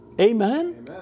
Amen